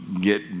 get